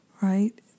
Right